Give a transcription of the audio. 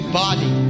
body